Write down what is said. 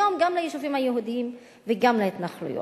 היום, גם ליישובים היהודיים וגם להתנחלויות.